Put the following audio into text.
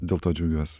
dėl to džiaugiuosi